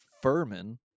Furman